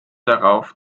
darauf